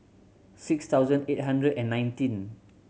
six thousand eight hundred and nineteen